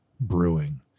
brewing